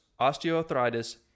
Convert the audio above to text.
osteoarthritis